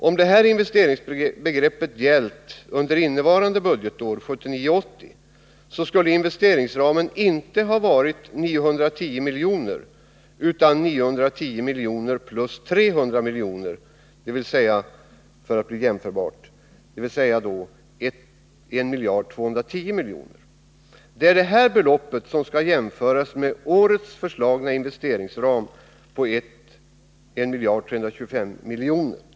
Om detta investeringsbegrepp gällt 1979/80 skulle investeringsramen, för att beloppen skulle ha varit jämförbara, inte ha varit 910 miljoner utan 910 miljoner plus 300 miljoner, dvs. 1 210 miljoner. Det är detta belopp som skall jämföras med årets föreslagna investeringsram på 1325 milj.kr.